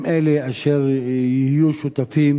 הם אלה אשר יהיו שותפים